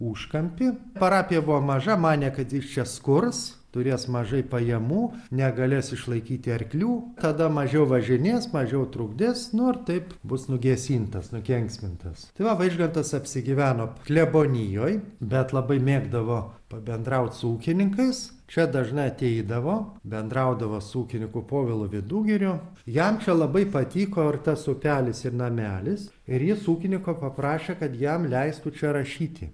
užkampį parapija buvo maža manė kad jis čia skurs turės mažai pajamų negalės išlaikyti arklių tada mažiau važinės mažiau trukdys nu ir taip bus nugęsintas nukenksmintas tai va vaižgantas apsigyveno klebonijoj bet labai mėgdavo pabendraut su ūkininkais čia dažnai ateidavo bendraudavo su ūkininku povilu vidugiriu jam čia labai patiko ir tas upelis ir namelis ir jis ūkininko paprašė kad jam leistų čia rašyti